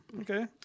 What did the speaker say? Okay